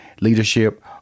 leadership